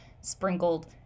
sprinkled